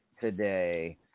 today